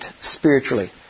spiritually